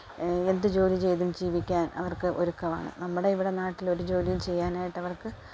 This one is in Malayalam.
എന്ത് ജോലി ചെയ്തും ജീവിക്കാന് അവര്ക്ക് ഒരുക്കമാണ് നമ്മുടെ ഇവിടെ നാട്ടിലൊരു ജോലിയും ചെയ്യാനായിട്ട് അവര്ക്ക്